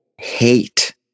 hate